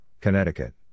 Connecticut